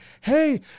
hey